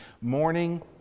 morning